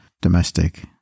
domestic